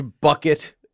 bucket